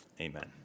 Amen